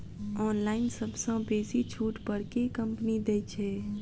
Online सबसँ बेसी छुट पर केँ कंपनी दइ छै?